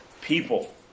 people